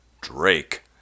Drake